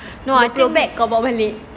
no I think